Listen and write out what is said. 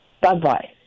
Bye-bye